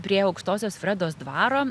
prie aukštosios fredos dvaro